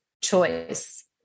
choice